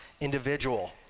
individual